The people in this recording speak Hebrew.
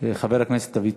חבר הכנסת דוד צור.